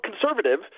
conservative